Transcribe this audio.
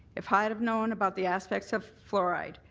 if i'd have known about the aspects of fluoride,